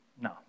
No